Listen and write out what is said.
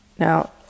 Now